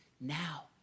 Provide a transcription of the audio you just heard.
now